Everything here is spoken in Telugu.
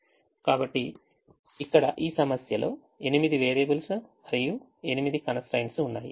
కాబట్టి ఇక్కడ ఈ సమస్యలో 8 వేరియబుల్స్ మరియు 8 constraints ఉన్నాయి